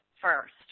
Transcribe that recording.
first